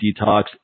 detox